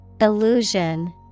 Illusion